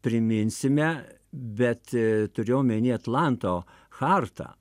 priminsime bet turiu omeny atlanto chartą